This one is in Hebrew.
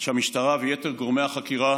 שהמשטרה ויתר גורמי החקירה